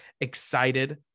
excited